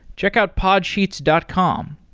check out podsheets dot com.